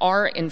are in